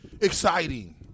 exciting